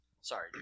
Sorry